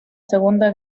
segunda